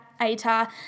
ATAR